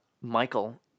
Michael